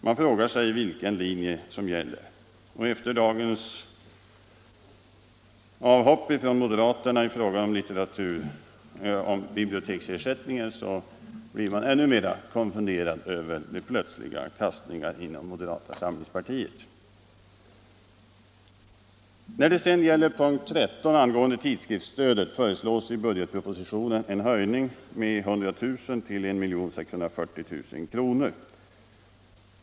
Man frågar sig vilken linje som gäller. Efter moderaternas avhopp i dag i fråga om biblioteksersättningen blir man ännu mer konfunderad över de plötsliga kastningarna inom moderata samlingspartiet. När det sedan gäller tidskriftsstödet, som behandlas under punkten 13, föreslås i budgetpropositionen en höjning med 100000 kr. till 1.640 000 kr.